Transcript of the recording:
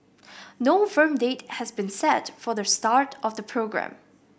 no firm date has been set for the start of the programme